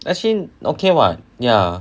actually okay what ya